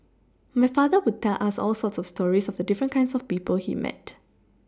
my father would tell us all sorts of stories of the different kinds of people he met